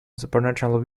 supernatural